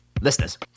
Listeners